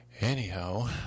Anyhow